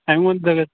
ꯑꯩꯉꯣꯟꯗ